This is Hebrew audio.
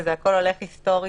וזה הכול הולך היסטורית,